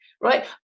right